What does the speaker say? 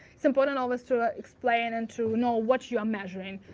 it's important always to ah explain and to know what you're measuring.